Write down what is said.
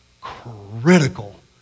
critical